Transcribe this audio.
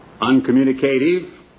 uncommunicative